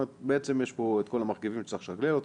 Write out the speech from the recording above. בעצם יש פה את כל המרכיבים שצריך לשקלל אותם.